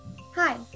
Hi